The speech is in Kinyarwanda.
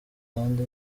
kandi